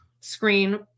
screen